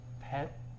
pet